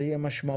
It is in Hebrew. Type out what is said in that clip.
זה יהיה משמעותי.